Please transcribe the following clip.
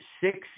six